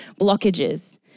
blockages